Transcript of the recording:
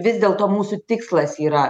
vis dėl to mūsų tikslas yra